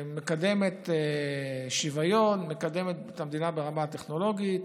מקדמת שוויון, מקדמת את המדינה ברמה הטכנולוגית,